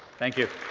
thank you